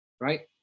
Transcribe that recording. right